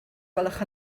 gwelwch